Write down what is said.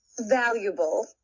valuable